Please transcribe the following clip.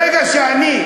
ברגע שאני,